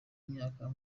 myaka